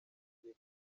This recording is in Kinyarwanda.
agiye